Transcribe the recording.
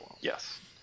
yes